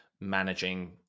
managing